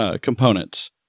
components